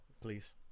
Please